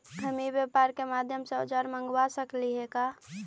हम ई व्यापार के माध्यम से औजर मँगवा सकली हे का?